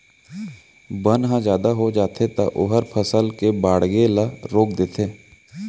बन ह जादा हो जाथे त ओहर फसल के बाड़गे ल रोक देथे